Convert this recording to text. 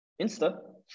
Insta